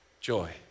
joy